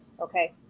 okay